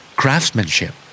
craftsmanship